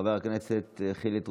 חבר הכנסת חילי טרופר,